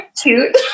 Cute